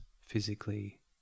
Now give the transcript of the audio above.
physically